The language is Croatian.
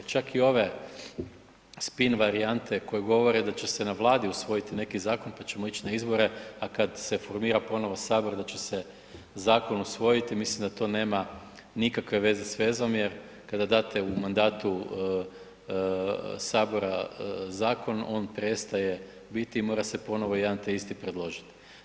Čak i ove spin varijante koje govore da će se na Vladi usvojiti neki zakon pa ćemo ići na izbore, a kad se formira ponovo Sabor da će se zakon usvojiti, mislim da to nema nikakve veze s vezom jer kada date u mandatu Sabora zakon, on prestaje biti i mora se ponovno jedan te isti predložiti.